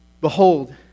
Behold